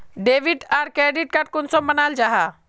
Debit आर credit card कुंसम बनाल जाहा?